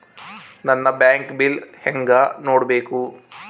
ನನ್ನ ಬಾಕಿ ಬಿಲ್ ಹೆಂಗ ನೋಡ್ಬೇಕು?